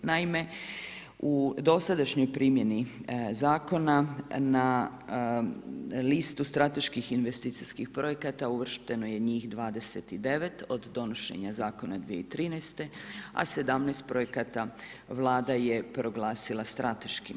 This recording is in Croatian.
Naime, u dosadašnjoj primjeni zakona na listu strateških investicijskih projekata uvršteno je njih 29. od donošenja zakona 2013. a 17 projekata Vlada je proglasila strateškim.